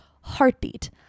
heartbeat